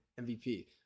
MVP